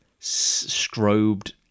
strobed